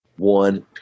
One